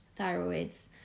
thyroids